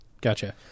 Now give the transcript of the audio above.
gotcha